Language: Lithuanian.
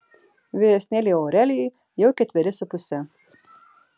vyresnėliui aurelijui jau ketveri su puse